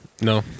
No